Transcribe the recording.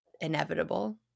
inevitable